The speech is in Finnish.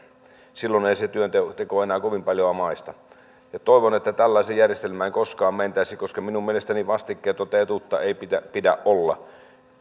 silloin ei se työnteko enää kovin paljoa maistu toivon että tällaiseen järjestelmään ei koskaan mentäisi koska minun mielestäni vastikkeetonta etuutta ei pidä pidä olla